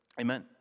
Amen